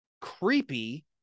creepy